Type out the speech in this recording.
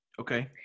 Okay